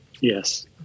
yes